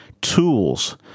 tools